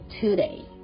today